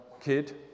kid